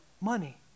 money